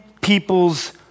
people's